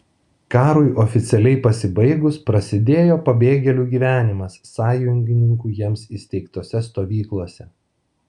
karui oficialiai pasibaigus prasidėjo pabėgėlių gyvenimas sąjungininkų jiems įsteigtose stovyklose